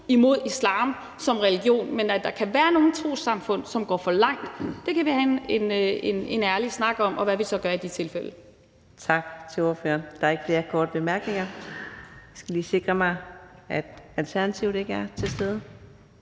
imod islam som religion. Men at der kan være nogle trossamfund, som går for langt, kan vi have en ærlig snak om – og om, hvad vi så gør i de tilfælde. Kl. 15:05 Fjerde næstformand (Karina Adsbøl): Tak til ordføreren. Der er ikke flere korte bemærkninger. Jeg skal lige sikre mig, at Alternativet ikke er til stede